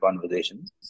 conversations